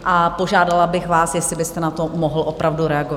A požádala bych vás, jestli byste na to mohl opravdu reagovat.